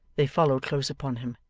they followed close upon him,